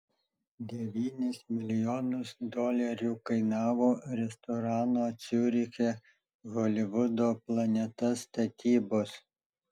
devynis milijonus dolerių kainavo restorano ciuriche holivudo planeta statybos